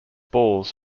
balls